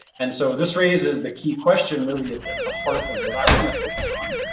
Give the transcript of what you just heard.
and so this raises the key question, really at the heart of what i want to focus on,